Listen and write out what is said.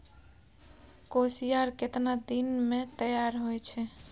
कोसियार केतना दिन मे तैयार हौय छै?